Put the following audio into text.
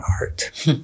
art